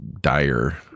dire